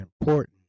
important